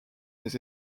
les